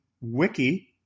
Wiki